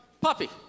puppy